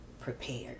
prepared